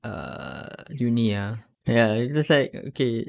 err uni ah ya just like okay